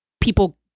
people